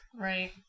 Right